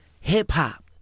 Hip-hop